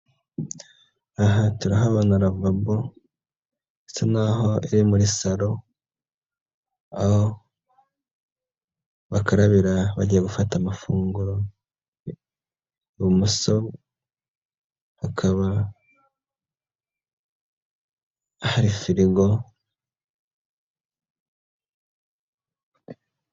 Aha turahabona ravabo, isa n'aho iri muri salo, aho bakarabira bagiya gufata amafunguro, ibumoso hakaba hari firigo.